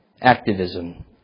activism